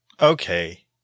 Okay